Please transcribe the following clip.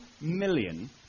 million